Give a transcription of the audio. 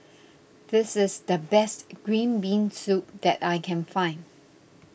this is the best Green Bean Soup that I can find